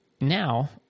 now